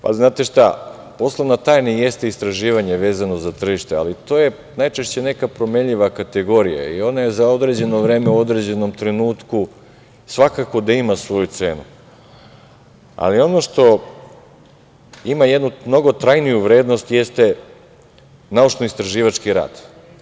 Pa, znate šta, poslovna tajna i jeste istraživanje vezano za tržište, ali to je najčešće neka promenljiva kategorija i ona je za određeno vreme u određenom trenutku svakako da ima svoju cenu, ali ono što ima jednu mnogo trajniju vrednost jeste naučno-istraživački rad.